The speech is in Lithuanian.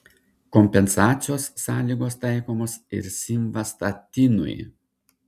kompensacijos sąlygos taikomos ir simvastatinui